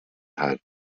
had